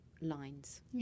lines